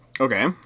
Okay